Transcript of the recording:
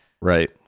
Right